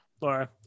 Laura